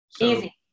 Easy